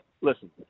listen